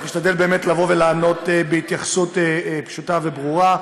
אנחנו נשתדל לענות בהתייחסות פשוטה וברורה.